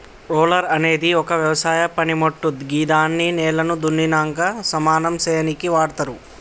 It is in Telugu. రోలర్ అనేది ఒక వ్యవసాయ పనిమోట్టు గిదాన్ని నేలను దున్నినంక సమానం సేయనీకి వాడ్తరు